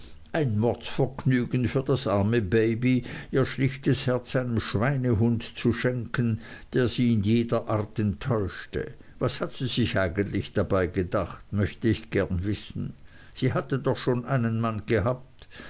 ein mordsvergnügen für das arme baby ihr schlichtes herz einem schweinehund zu schenken der sie in jeder art enttäuschte was hat sie sich eigentlich dabei gedacht möchte ich gern wissen sie hatte doch schon einen mann gehabt